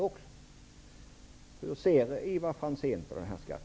Hur ser Ivar Franzén på det förslaget?